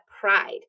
pride